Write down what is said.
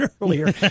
earlier